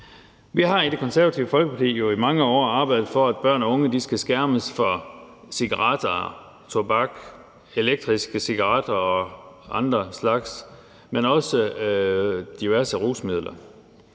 Vi har i Det Konservative Folkeparti i mange år arbejdet for, at børn og unge skal skærmes imod cigaretter og tobak, elektroniske cigaretter og andre ting, men også diverse rusmidler.